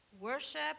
worship